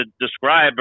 describe